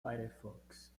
firefox